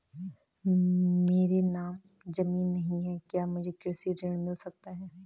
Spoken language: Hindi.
मेरे नाम ज़मीन नहीं है क्या मुझे कृषि ऋण मिल सकता है?